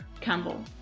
Campbell